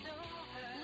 over